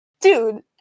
dude